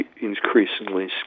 increasingly